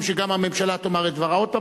שגם הממשלה תאמר את דברה עוד פעם,